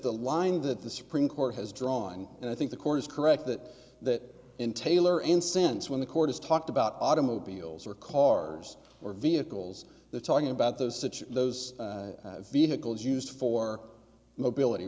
e line that the supreme court has drawn and i think the court is correct that that in tailor in sense when the court is talked about automobiles or cars or vehicles the talking about those to choose those vehicles used for mobility